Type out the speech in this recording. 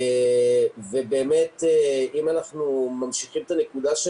אם אנחנו ממשיכים את הנקודה של